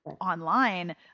online